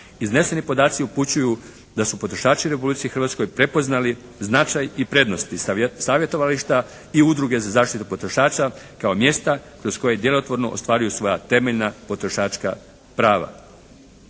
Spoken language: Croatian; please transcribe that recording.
Izneseni podaci upućuju da su potrošači u Republici Hrvatskoj prepoznali značaj i prednosti savjetovališta i Udruge za zaštitu potrošača kao mjesta kroz koje djelotvorno ostvaruju svoja temeljna potrošačka prava.